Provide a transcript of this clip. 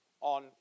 on